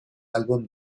álbum